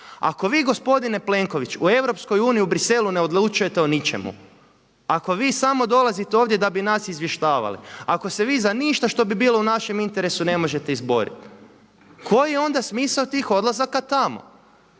Ako vi gospodin Plenković u EU u Bruxellesu ne odlučujete o ničemu, ako vi samo dolazite ovdje da bi nas izvještavali, ako se vi za ništa što bi bilo u našem interesu ne možete izboriti koji je onda smisao tih odlazaka tamo?